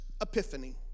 epiphany